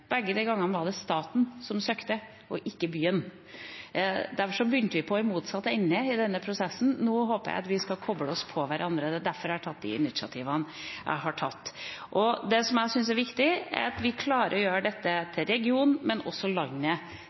Begge de gangene var det staten som søkte, og ikke byen. Derfor begynte vi i motsatt ende i denne prosessen. Nå håper jeg at vi skal koble oss på hverandre. Det er derfor jeg har tatt de initiativene jeg har tatt. Det jeg syns er viktig, er at vi klarer å gjøre dette til regionens, men også